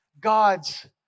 God's